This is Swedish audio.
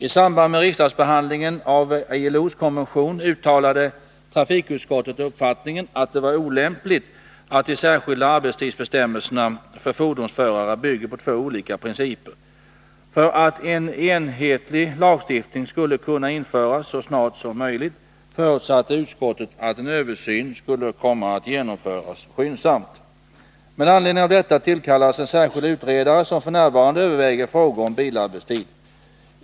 I samband med riksdagsbehandlingen av ILO:s konvention uttalade trafikutskottet uppfattningen att det var olämpligt att de särskilda arbetstidsbestämmelserna för fordonsförare bygger på två olika principer. För att en enhetlig lagstiftning skulle kunna införas så snart som möjligt förutsatte utskottet att en översyn skulle komma att genomföras skyndsamt. Med anledning av detta tillkallades en särskild utredare som f.n. överväger frågor om bilarbetstid.